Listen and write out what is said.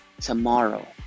Tomorrow